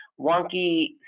wonky